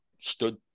stood